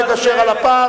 יש קושי גדול לגשר על הפער,